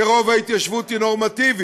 כי רוב ההתיישבות היא נורמטיבית,